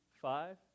five